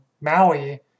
Maui